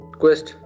quest